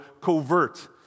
covert